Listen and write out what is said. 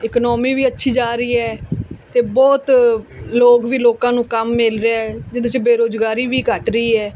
economy ਵੀ ਅੱਛੀ ਜਾ ਰਹੀ ਹੈ ਅਤੇ ਬਹੁਤ ਲੋਕ ਵੀ ਲੋਕਾਂ ਨੂੰ ਕੰਮ ਮਿਲ ਰਿਹਾ ਜਿਹਦੇ 'ਚ ਬੇਰੋਜ਼ਗਾਰੀ ਵੀ ਘੱਟ ਰਹੀ ਹੈ